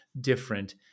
different